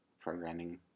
programming